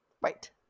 Right